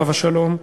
עליו השלום.